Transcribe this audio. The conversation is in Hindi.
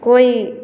कोई